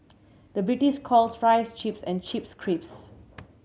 the British calls fries chips and chips crisps